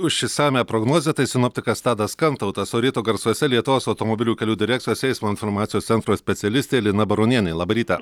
už išsamią prognozę tai sinoptikas tadas kantautas o ryto garsuose lietuvos automobilių kelių direkcijos eismo informacijos centro specialistė lina baronienė labą rytą